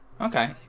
Okay